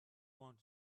want